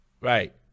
Right